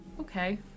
Okay